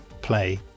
play